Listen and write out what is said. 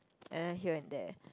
and then here and there